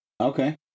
Okay